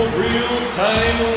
real-time